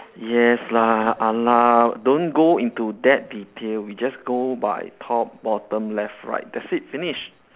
yes lah !alah! don't go into that detail we just go by top bottom left right that's it finish